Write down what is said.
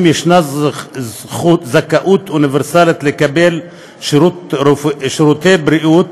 יש זכאות אוניברסלית לקבל שירותי בריאות,